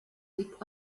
liegt